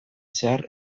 zehar